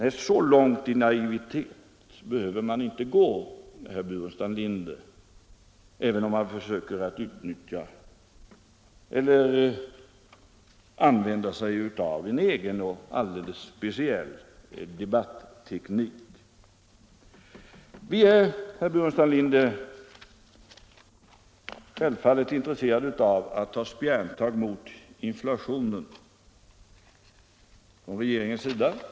Nej, så här långt i naivitet behöver man inte gå, herr Burenstam Linder, även om man försöker använda sig av en egen och alldeles speciell debatteknik. Vi är från regeringens sida, herr Burenstam Linder, självfallet intresserade av att ta spjärntag mot inflationen.